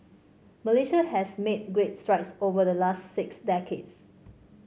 Malaysia has made great strides over the last six decades